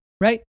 right